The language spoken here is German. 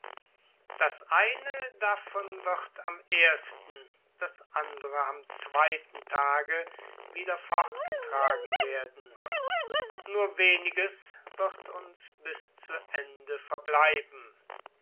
das eine davon wird am ersten das andere am zweiten tage wieder fortgetragen werden weniges wird und bis zu ende verbleiben